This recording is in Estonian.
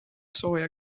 sooja